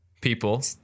people